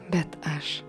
bet aš